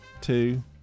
two